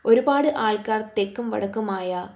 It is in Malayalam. ഒരുപാട് ആൾക്കാർ തെക്കും വടക്കുമായ